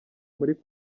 muri